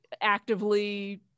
actively